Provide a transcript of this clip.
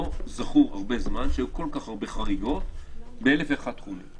לא זכור הרבה זמן שהיו כל כך הרבה חריגות באלף-ואחד תחומים.